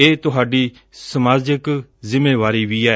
ਇਹ ਤੁਹਾਡੀ ਸਮਾਜਿਕ ਜਿੰਮੇਵਾਰੀ ਵੀ ਐ